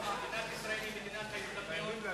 מדינת ישראל היא מדינת ההזדמנויות הבלתי-מוגבלות.